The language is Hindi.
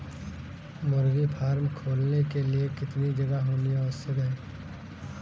मुर्गी फार्म खोलने के लिए कितनी जगह होनी आवश्यक है?